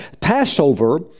Passover